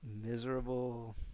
miserable